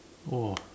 !wah!